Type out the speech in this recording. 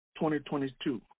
2022